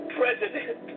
president